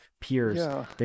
peers